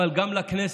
אבל גם לכנסת.